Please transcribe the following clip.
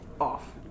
off